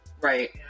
Right